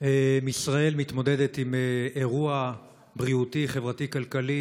ישראל מתמודדת עם אירוע בריאותי חברתי-כלכלי